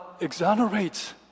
exonerates